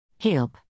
Help